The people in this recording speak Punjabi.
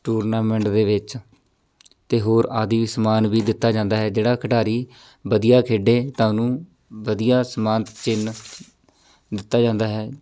ਟੂਰਨਾਮੈਂਟ ਦੇ ਵਿੱਚ ਅਤੇ ਹੋਰ ਆਦਿ ਸਮਾਨ ਵੀ ਦਿੱਤਾ ਜਾਂਦਾ ਹੈ ਜਿਹੜਾ ਖਿਡਾਰੀ ਵਧੀਆ ਖੇਡੇ ਤਾਂ ਉਹਨੂੰ ਵਧੀਆ ਸਨਮਾਨਿਤ ਚਿੰਨ੍ਹ ਦਿੱਤਾ ਜਾਂਦਾ ਹੈ